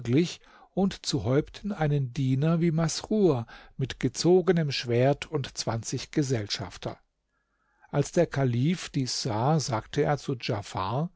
und zu häupten einen diener wie masrur mit gezogenem schwert und zwanzig gesellschafter als der kalif dies sah sagte er zu